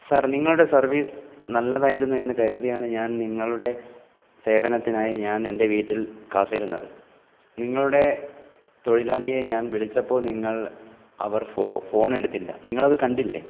sir നിങ്ങളുടെ service നല്ലതായിരുന്നു എന്ന് കരുതിയാണ് ഞാൻ നിങ്ങളുടെ സേവനത്തിനായി ഞാൻ എൻ്റെ വീട്ടിൽ കാത്തിരുന്നത് നിങ്ങളുടെ തൊഴിലാളിയെ ഞാൻ വിളിച്ചപ്പോൾ നിങ്ങൾ അവർ ഫോ ഫോണെടുത്തില്ല നിങ്ങളത് കണ്ടില്ലേ